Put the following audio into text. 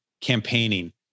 campaigning